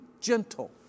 gentle